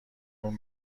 اون